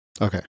Okay